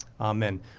Amen